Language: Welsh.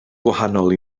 gwahanol